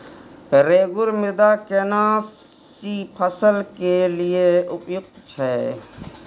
रेगुर मृदा केना सी फसल के लिये उपयुक्त छै?